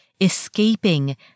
escaping